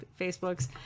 Facebooks